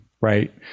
right